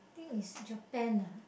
I think it's Japan ah